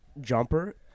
jumper